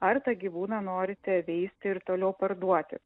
ar tą gyvūną norite veisti ir toliau parduoti